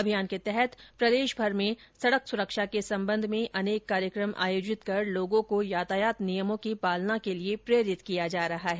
अभियान के तहत प्रदेश भर में सड़क सुरक्षा के संबंध में अनेक कार्यक्रम आयोजित कर लोगों को यातायात नियमों की पालना के लिये प्रेरित किया जा रहा है